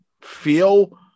feel